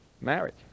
marriage